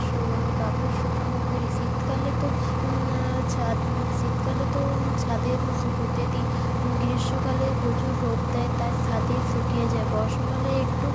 শু কাপড় শুকনো করি শীতকালে তো ছাদ শীতকালে তো ছাদের শুকোতে দিই গ্রীষ্মকালে প্রচুর রোদ দেয় তার ছাদেই শুকিয়ে যায় বর্ষাকালে একটু